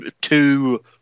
two